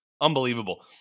unbelievable